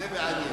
זה מעניין.